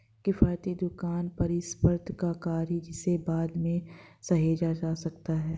किफ़ायती दुकान परिसंपत्ति का कार्य है जिसे बाद में सहेजा जा सकता है